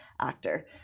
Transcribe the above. actor